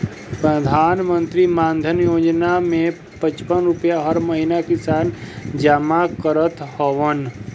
प्रधानमंत्री मानधन योजना में पचपन रुपिया हर महिना किसान जमा करत हवन